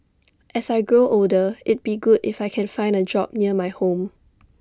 as I grow older it'd be good if I can find A job near my home